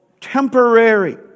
temporary